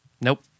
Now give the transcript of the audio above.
Nope